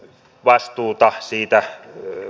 vastuuta siitä myy